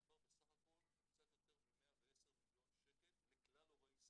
מדובר בסך הכל בקצת יותר מ-110 מיליון שקל לכלל הורי ישראל.